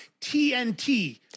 tnt